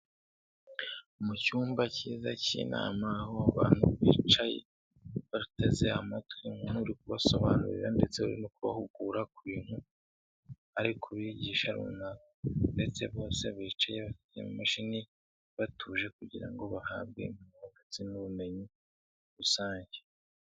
Mu cyumba cyiza cy'inama aho abantu bicaye, bateze amatwi umuntu uri kubasobanurira ndetse uri no kubahugura ku bintu ari kubigisha runaka ndetse bose bicaye bafite imashini batuje kugira ngo bahabwe n'ubumenyi rusange.